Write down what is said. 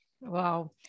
Wow